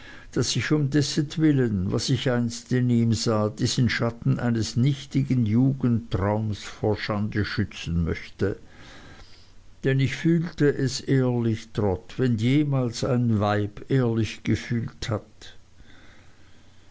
daß ich um dessentwillen was ich einst in ihm sah diesen schatten eines nichtigen jugendtraums vor schande schützen möchte denn ich fühlte es ehrlich trot wenn jemals ein weib ehrlich gefühlt hat